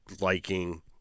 liking